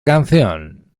canción